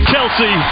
Kelsey